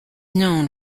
known